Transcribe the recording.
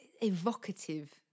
evocative